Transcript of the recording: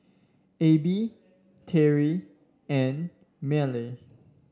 Abie Tari and Mylie